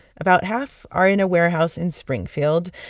about half are in a warehouse in springfield.